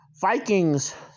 Vikings